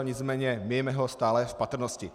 Nicméně mějme ho stále v patrnosti.